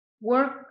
work